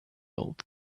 old